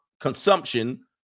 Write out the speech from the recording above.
consumption